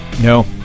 No